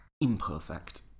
imperfect